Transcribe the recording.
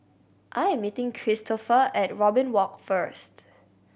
I am meeting Cristofer at Robin Walk first